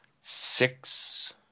Six